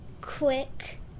quick